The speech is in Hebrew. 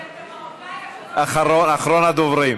כי את המרוקאי, אחרון הדוברים.